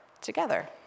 together